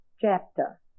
chapter